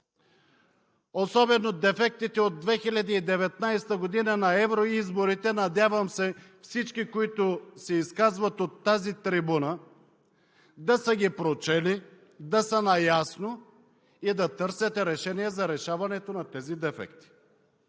особено дефектите от 2019 г. на евроизборите. Надявам се, всички, които се изказват от тази трибуна, да са ги прочели, да са наясно и да търсят решение за решаването на тези дефекти.